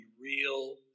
real